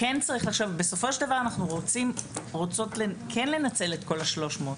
בסופו של דבר אנחנו רוצות כן לנצל את כל ה-300,